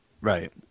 right